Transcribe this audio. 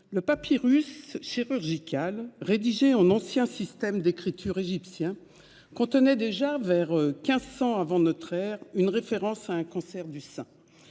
le papyrus chirurgical, rédigé dans l'ancien système d'écriture égyptien, contenait déjà, vers 1 500 avant notre ère, une référence à un cancer du sein.